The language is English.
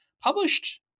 published